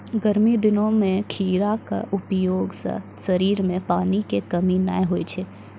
गर्मी दिनों मॅ खीरा के उपयोग सॅ शरीर मॅ पानी के कमी नाय होय छै